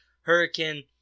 Hurricane